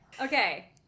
okay